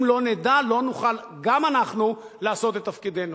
אם לא נדע, לא נוכל גם אנחנו לעשות את תפקידנו.